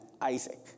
Isaac